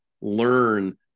learn